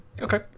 Okay